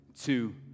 two